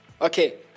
Okay